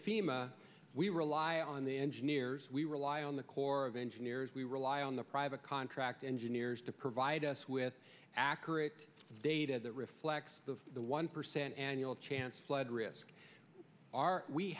fema we rely on the engineers we rely on the corps of engineers we rely on the private contractor engineers to provide us with accurate data that reflects the one percent annual chance flood risk are we